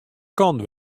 kant